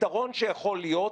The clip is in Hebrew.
הפתרון שיכול להיות,